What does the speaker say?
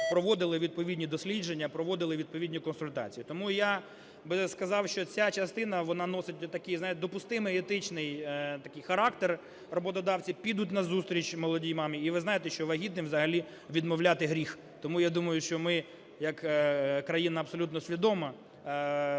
проводили відповідні дослідження, проводили відповідні консультації. Тому я би сказав, що ця частина, вона носить от такий допустимий, етичний такий характер, роботодавці підуть назустріч молодій мамі. І ви знаєте, що вагітним взагалі відмовляти гріх. Тому я думаю, що ми як країна, абсолютно свідома,